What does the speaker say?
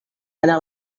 anak